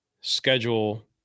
schedule